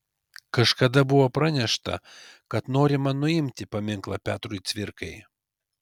kažkada buvo pranešta kad norima nuimti paminklą petrui cvirkai